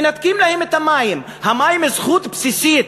מנתקים להם את המים, המים זכות בסיסית.